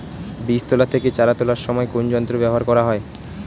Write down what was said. বীজ তোলা থেকে চারা তোলার সময় কোন যন্ত্র ব্যবহার করা হয়?